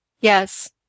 Yes